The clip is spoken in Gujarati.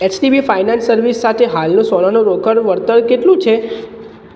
એચડીબી ફાયનાન્સ સર્વિસ સાથે હાલનું સોનાના રોકાણનું વળતર કેટલું છે